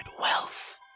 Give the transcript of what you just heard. wealth